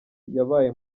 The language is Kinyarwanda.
yabaye